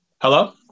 Hello